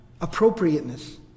appropriateness